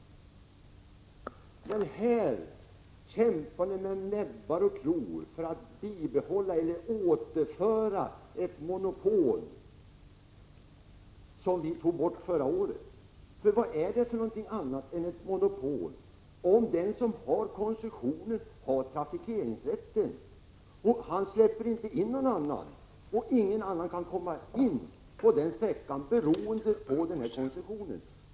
Men här kämpar ni med näbbar och klor för att återinföra ett monopol som vi tog bort förra året. Vad är det annat än ett monopol, om den som har koncessionen också ensam har trafikeringsrätten? Han släpper inte in någon annan på den sträcka det är fråga om.